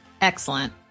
Excellent